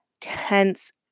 tense